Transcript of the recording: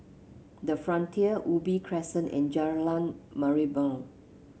the Frontier Ubi Crescent and Jalan Merlimau